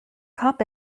cup